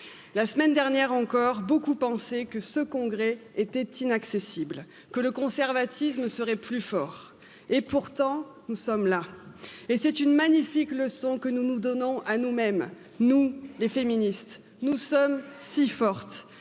la semaine dernière Encore, beaucoup pensaient que ce congrès était inaccessible, que le conservatisme serait plus fort et pourtant nous sommes là et c'est une magnifique leçon que nous nous donnons à nous mêmes. nous les féministes nous sommes si forts